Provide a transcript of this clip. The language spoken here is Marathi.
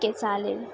ठीक आहे चालेल